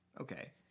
Okay